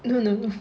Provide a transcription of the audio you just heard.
no no no